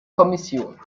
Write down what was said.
kommission